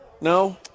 no